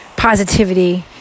positivity